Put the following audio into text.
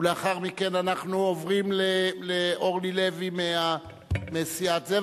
ולאחר מכן אנחנו עוברים לאורלי לוי מסיעת ישראל ביתנו,